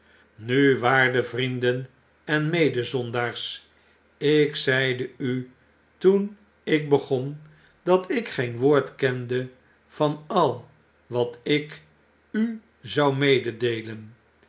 nu waarde vrienden en medezondaars ik zeide u toen ik begon dat ik geen woord kende van al wat ik u zou mededeelen